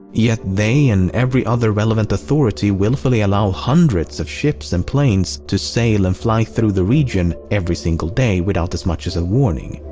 yet, they and every other relevant authority willfully allow hundreds of ships and planes to sail and fly through the region every single day without as much as a warning.